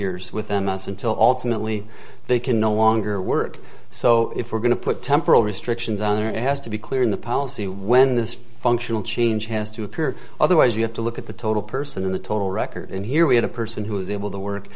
years within months until alternately they can no longer work so if we're going to put temporal restrictions on or has to be clear in the policy when this functional change has to appear otherwise we have to look at the total person in the total record and here we had a person who was able to work